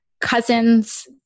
cousins